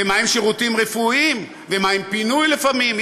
ומה עם שירותים רפואיים, ומה עם פינוי לפעמים,